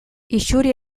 isuri